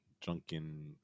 drunken